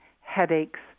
headaches